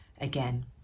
again